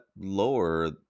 lower